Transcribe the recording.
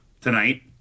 tonight